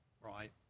right